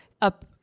up